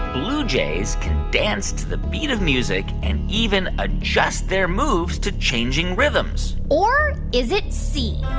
blue jays can dance to the beat of music and even adjust their moves to changing rhythms? or is it c,